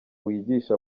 wigisha